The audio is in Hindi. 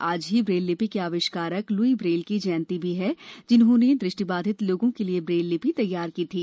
आज ही ब्रेल लिपि के आविष्कारक ल्ई ब्रेल की जयंती भी है जिन्होंने दृष्टि बाधित लोगों के लिए ब्रेल लिपि तैयार की थी